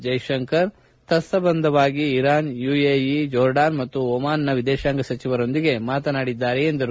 ಜಯಶಂಕರ್ ತತ್ತಂಬಂಧವಾಗಿ Iran UAE Jordan ಮತ್ತು ಓಮನ್ ನ ವಿದೇಶಾಂಗ ಸಚಿವರುಗಳೊಂದಿಗೆ ಮಾತನಾಡಿದ್ದಾರೆ ಎಂದರು